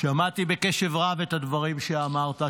שמעתי בקשב רב את הדברים שאמרת,